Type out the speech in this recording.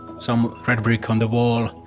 some red brick on the wall,